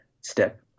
step